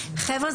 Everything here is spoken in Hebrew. חבר'ה,